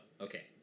Okay